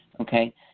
okay